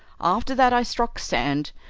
after that i struck sand,